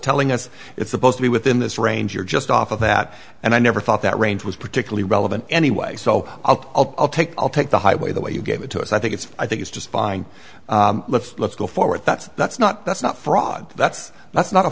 telling us it's supposed to be within this range you're just off of that and i never thought that range was particularly relevant anyway so i'll take i'll take the highway the way you gave it to us i think it's i think it's just buying let's let's go forward that's that's not that's not fraud that's that's not a